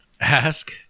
ask